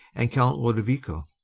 and count lodovico